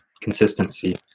consistency